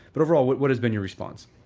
but overall what what has been your response?